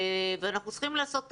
ואנחנו צריכים לעשות הכול.